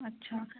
अच्छा